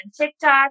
tiktok